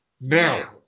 now